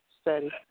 study